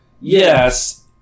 yes